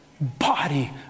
body